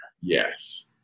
Yes